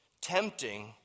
tempting